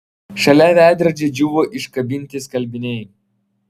šalia veidrodžio džiūvo iškabinti skalbiniai